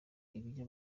ibijya